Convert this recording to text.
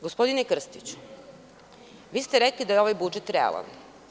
Gospodine Krstiću, rekli ste da je ovaj budžet realan.